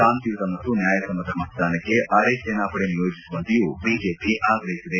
ಶಾಂತಿಯುತ ಮತ್ತು ನ್ಯಾಯಸಮ್ಮತ ಮತದಾನಕ್ಕೆ ಅರೆಸೇನಾ ಪಡೆ ನಿಯೋಜಿಸುವಂತೆಯೂ ಬಿಜೆಪಿ ಆಗ್ರಹಿಸಿದೆ